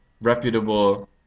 reputable